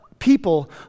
People